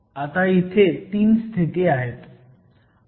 आता इथे 3 स्थिती आहेत